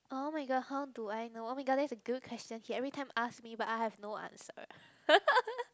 oh-my-god how do I know oh-my-god that's a good question he everytime ask me but I have no answer